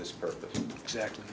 this purpose exactly